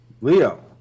Leo